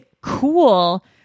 cool